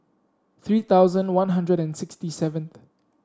three thousand One Hundred and sixty seventh